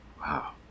Wow